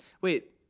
Wait